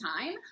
time